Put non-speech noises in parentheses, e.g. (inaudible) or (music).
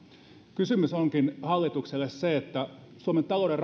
kysymys onkin hallitukselle se että kun suomen talouden (unintelligible)